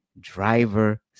Driver